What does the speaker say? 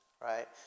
right